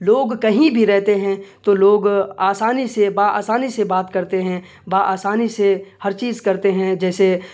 لوگ کہیں بھی رہتے ہیں تو لوگ آسانی سے بہ آسانی سے بات کرتے ہیں بہ آسانی سے ہر چیز کرتے ہیں جیسے